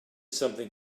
something